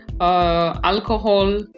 alcohol